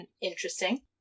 Interesting